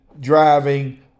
driving